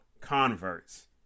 converts